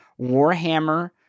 warhammer